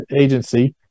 agency